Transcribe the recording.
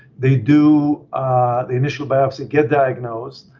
they do the initial biopsy, get diagnosed.